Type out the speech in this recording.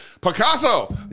Picasso